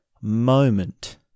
moment